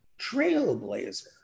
Trailblazer